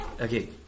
Okay